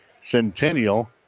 Centennial